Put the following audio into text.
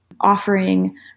offering